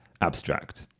abstract